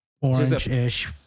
orange-ish